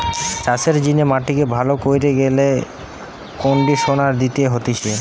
চাষের জিনে মাটিকে ভালো কইরতে গেলে কন্ডিশনার দিতে হতিছে